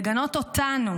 לגנות אותנו